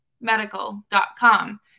medical.com